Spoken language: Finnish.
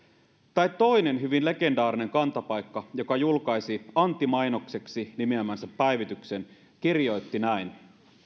tai toinen hyvin legendaarinen kantapaikka joka julkaisi antimainokseksi nimeämänsä päivityksen kirjoitti näin